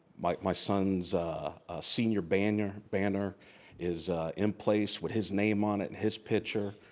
my my son's senior banner banner is in place with his name on it and his picture.